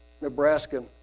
Nebraska